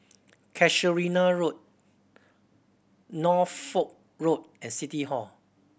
Casuarina Road Norfolk Road and City Hall